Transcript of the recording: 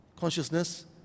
consciousness